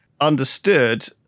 understood